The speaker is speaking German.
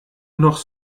noch